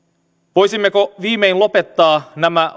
voisimmeko viimein lopettaa nämä